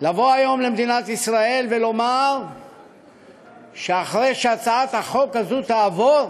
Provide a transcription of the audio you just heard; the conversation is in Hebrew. לבוא היום למדינת ישראל ולומר שאחרי שהצעת החוק הזו תעבור,